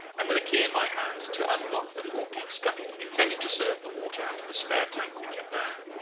and with a key in my hand to unlock the forepeak scuttle, intending to serve the water out of a spare tank we kept there.